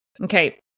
okay